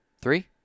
three